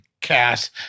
cast